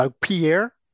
Pierre